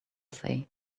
say